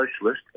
socialist